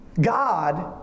God